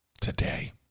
today